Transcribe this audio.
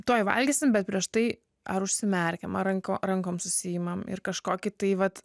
tuoj valgysim bet prieš tai ar užsimerkiam ar ranko rankom susiimam ir kažkokį tai vat